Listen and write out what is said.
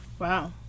Wow